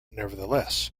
nevertheless